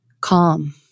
calm